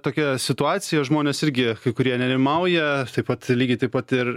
tokia situacija žmonės irgi kai kurie nerimauja taip pat lygiai taip pat ir